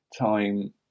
time